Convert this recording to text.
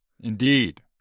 Indeed